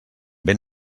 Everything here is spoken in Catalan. ben